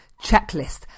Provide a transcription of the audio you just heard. checklist